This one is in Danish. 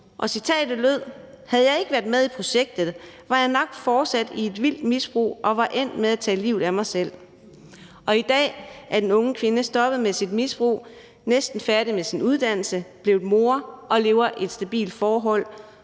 og citatet lød: Havde jeg ikke været med i projektet, var jeg nok fortsat i et vildt misbrug og var endt med at tage livet af mig selv. Og i dag er den unge kvinde stoppet med sit misbrug, er næsten færdig med sin uddannelse, er blevet mor og lever i et stabilt forhold,